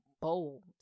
bold